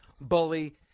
bully